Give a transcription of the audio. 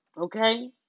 okay